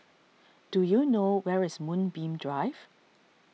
do you know where is Moonbeam Drive